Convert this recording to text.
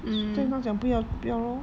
所以他讲不要就不要 lor